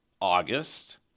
August